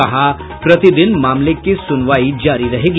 कहा प्रतिदिन मामले की सुनवाई जारी रहेगी